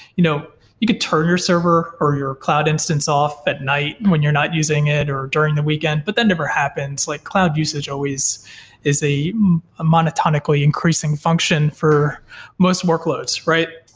you know you could turn your server, or your cloud instance off at night and when you're not using it, or during the weekend, but then never happens. like cloud usage always is a monotonically increasing function for most workloads, right?